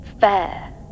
fair